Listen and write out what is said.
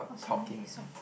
oh sorry sorry